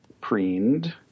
preened